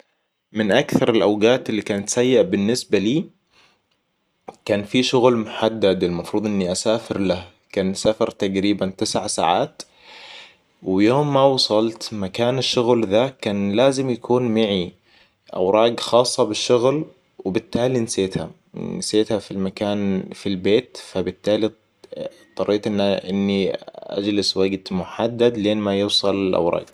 من أكثر الأوقات اللي كانت سيئة بالنسبة لي. كان في شغل محدد المفروض إني أسافر له. كان سفر تقريباً تسع ساعات. ويوم ما وصلت مكان الشغل ذا كان لازم يكون معي اوراق خاصة بالشغل. وبالتالي نسيتها -نسيتها في المكان في البيت فبالتالي اضطريت إن أني أجلس وقت محدد لين ما يوصل الأوراق